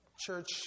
church